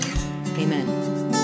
Amen